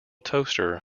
toaster